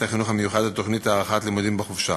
החינוך המיוחד את תוכנית הארכת הלימודים בחופשה.